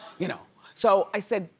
you know so i said,